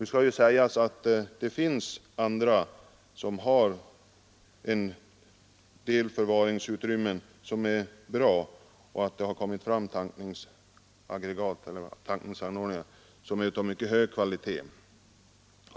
Det skall dock sägas att det på sina ställen finns bra förvaringsutrymmen och att det har kommit fram tankningsanordningar som är av mycket hög kvalitet.